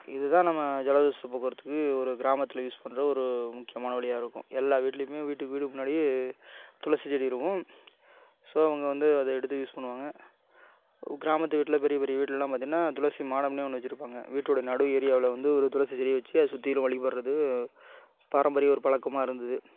இது தான் நம்ம ஜலதோஷம் போக்குறதுக்கு ஒரு கிராமத்தில் யூஸ் பண்ணுற ஒரு முக்கியமான வழியாக இருக்கும் எல்லா வீட்லையும் வீட்டுக்கு வீடு முன்னாடி துளசி செடி இருக்கும் ஸோ அவங்க வந்து அதை எடுத்து யூஸ் பண்ணுவாங்க கிராமத்து வீட்டில் பெரிய பெரிய வீட்டுலல்லாம் பார்த்திங்கன்னா துளசி மாடம்னே ஒன்று வச்சுருப்பாங்க வீட்டோட நடு ஏரியாவில் வந்து ஒரு துளசி செடியை வச்சு அதை சுற்றிலும் வழிபடுறது பாரம்பரிய ஒரு பழக்கமாக இருந்தது